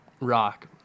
rock